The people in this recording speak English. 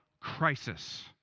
crisis